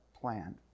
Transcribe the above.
plan